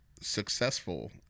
successful